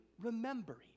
remembering